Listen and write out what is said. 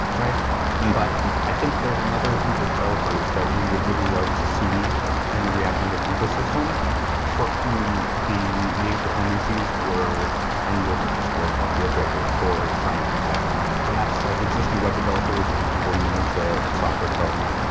but i think there is another group of developers that we would really love to see in the react native ecosystem for whom the native dependencies were kind of just a ah deal breaker for trying things out and that's like existing web developers and people new to to software development.